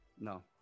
No